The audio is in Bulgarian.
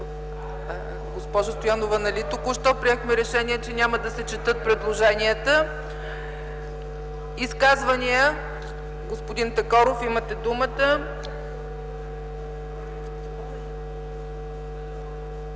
Госпожо Стоянова, нали току-що приехме решение, че няма да се четат предложенията. (Шум и реплики.) Изказвания? Господин Такоров, имате думата.